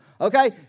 Okay